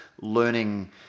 learning